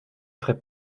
ferais